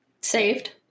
Saved